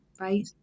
right